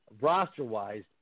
roster-wise